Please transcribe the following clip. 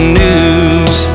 news